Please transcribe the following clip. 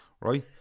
right